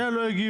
מאה לא הגיעו.